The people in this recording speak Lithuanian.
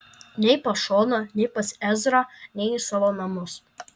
nei pas šoną nei pas ezrą nei į savo namus